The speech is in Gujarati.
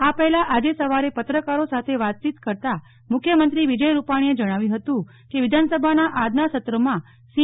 આ પહેલા આજે સવારેમીડિયા સાથે વાતચીત કરતા મુખ્ય મંત્રી શ્રી વિજય રૂપાણીએ જણાવ્યું હતું કેવિધાન સભાના આજના સત્રમાં સી